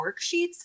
worksheets